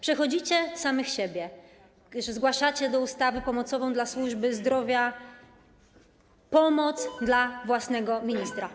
Przechodzicie samych siebie: zgłaszacie do ustawy pomocowej dla służby zdrowia pomoc dla własnego ministra.